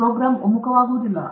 program ಒಮ್ಮುಖವಾಗುವುದಿಲ್ಲ